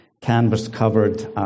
canvas-covered